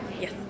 Yes